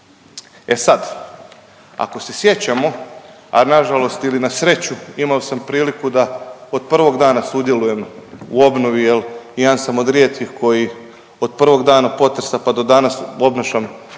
E sad, ako se sjećamo, a nažalost ili na sreću imao sam priliku da od prvog dana sudjelujem u obnovi jel jedan sam od rijetkih koji od prvog dana potresa, pa do danas obnašam dužnost